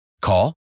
Call